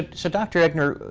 so dr. eggener,